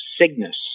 Cygnus